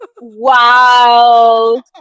wow